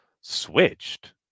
Switched